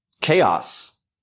chaos